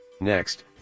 Next